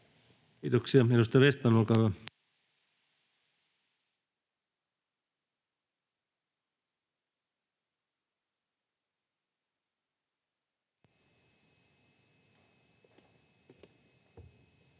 Kiitoksia. — Edustaja Vestman, olkaa hyvä.